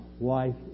life